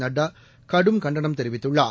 நட்டா கடும் கண்டனம் தெரிவித்துள்ளார்